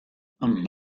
and